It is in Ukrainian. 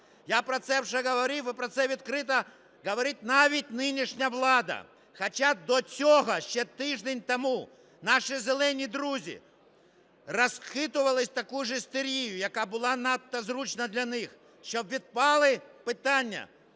Я про це вже говорив і про це відкрито говорить навіть нинішня влада, хоча до цього, ще тиждень тому наші "зелені друзі" розхитували таку ж істерію, яка була надто зручна для них, щоб відпали питання